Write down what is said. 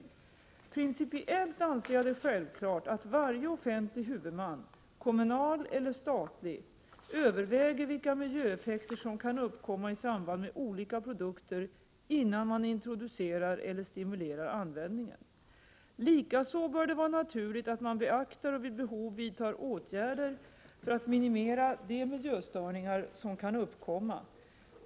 Principiellt anser jag det självklart att varje offentlig huvudman, kommunal eller statlig, överväger vilka miljöeffekter som kan uppkomma i samband med olika produkter innan man introducerar eller stimulerar användningen. Likaså bör det vara naturligt att man beaktar och vid behov vidtar åtgärder för att minimera de miljöstörningar som kan uppkomma.